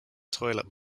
toilet